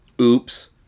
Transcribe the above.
Oops